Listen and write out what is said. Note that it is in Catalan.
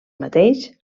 mateix